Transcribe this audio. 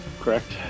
Correct